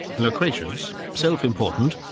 loquacious, self-important,